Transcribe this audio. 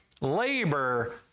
labor